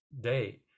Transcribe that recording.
day